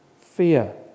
fear